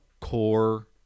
core